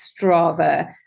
Strava